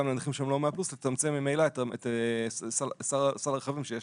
לנכים שהם לא 100 פלוס תצמצם ממילא את סל הרכבים שיש